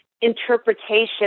interpretation